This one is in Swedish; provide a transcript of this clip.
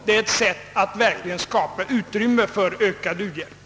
Det är ett sätt att verkligen skapa utrymme för ökad u-hjälp.